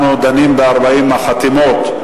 אנחנו דנים ב-40 החתימות.